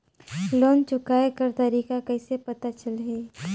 Loan चुकाय कर तारीक कइसे पता चलही?